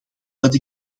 dat